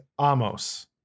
Amos